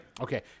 Okay